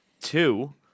two